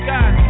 God